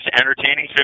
entertaining